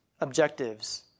objectives